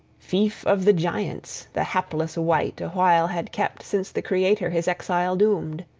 fief of the giants the hapless wight a while had kept since the creator his exile doomed.